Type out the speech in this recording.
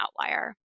outlier